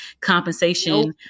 compensation